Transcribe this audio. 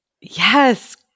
Yes